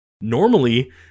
Normally